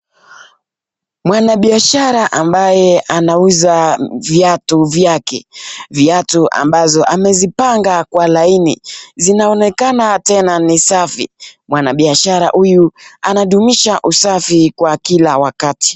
Mwanabiashara ambaye anauza viatu vyake. Viatu ambazo amezipanga kwa laini. Zinaonekana tena ni safi. Mwanabiashara huyu anadumisha usafi kwa kila wakati.